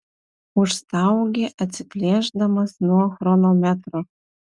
užstaugė atsiplėšdamas nuo chronometro